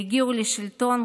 שהגיעו לשלטון,